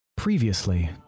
Previously